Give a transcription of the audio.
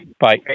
Bye